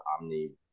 Omni